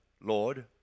Lord